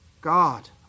God